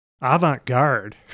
avant-garde